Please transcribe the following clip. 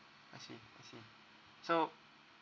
I see I see so